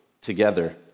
together